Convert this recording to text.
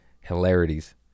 Hilarities